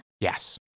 Yes